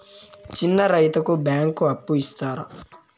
చిన్న రైతుకు బ్యాంకు అప్పు ఇస్తారా?